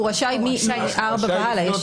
הוא רשאי מ-(4) והלאה,